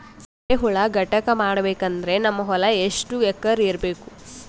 ಎರೆಹುಳ ಘಟಕ ಮಾಡಬೇಕಂದ್ರೆ ನಮ್ಮ ಹೊಲ ಎಷ್ಟು ಎಕರ್ ಇರಬೇಕು?